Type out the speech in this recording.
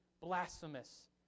blasphemous